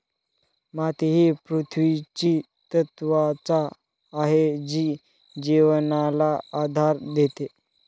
माती ही पृथ्वीची त्वचा आहे जी जीवनाला आधार देते